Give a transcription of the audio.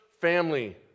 family